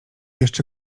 jeszcze